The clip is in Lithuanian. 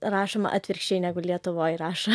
rašom atvirkščiai negu lietuvoj rašo